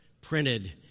printed